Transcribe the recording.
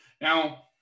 Now